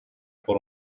por